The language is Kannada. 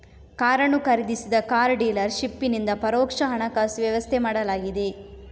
ಕಾರನ್ನು ಖರೀದಿಸಿದ ಕಾರ್ ಡೀಲರ್ ಶಿಪ್ಪಿನಿಂದ ಪರೋಕ್ಷ ಹಣಕಾಸು ವ್ಯವಸ್ಥೆ ಮಾಡಲಾಗಿದೆ